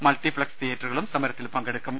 multiplex തിയേറ്ററുകളും സമരത്തിൽ പങ്കെ ടുക്കും